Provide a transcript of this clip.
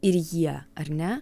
ir jie ar ne